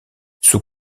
sous